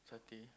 Satay